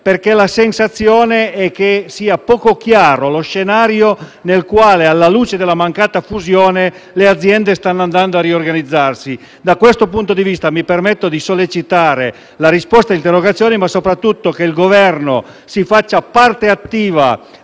La sensazione è che sia poco chiaro lo scenario nel quale, alla luce della mancata fusione, le aziende si stiano riorganizzando. Da questo punto di vista mi permetto di sollecitare la risposta all'interrogazione, ma soprattutto chiedo che il Governo si faccia parte attiva